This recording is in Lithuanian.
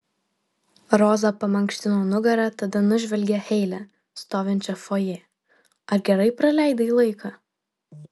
roza pamankštino nugarą tada nužvelgė heile stovinčią fojė ar gerai praleidai laiką